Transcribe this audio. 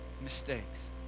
mistakes